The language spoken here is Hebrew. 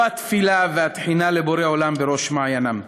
לא התפילה והתחינה לבורא עולם בראש מעיינם.